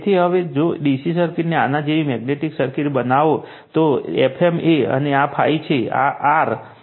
તેથી હવે જો DC સર્કિટને આના જેવી મેગ્નેટિક સર્કિટ બનાવો તો આ Fm છે અને આ ∅ છે આ R છે